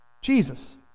Jesus